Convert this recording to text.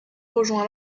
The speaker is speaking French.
rejoint